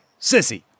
sissy